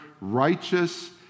righteous